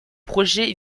projet